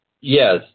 Yes